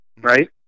right